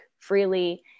freely